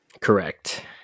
Correct